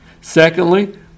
Secondly